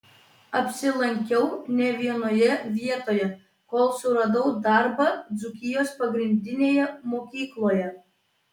apsilankiau ne vienoje vietoje kol suradau darbą dzūkijos pagrindinėje mokykloje